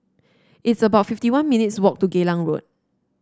it's about fifty one minutes' walk to Geylang Road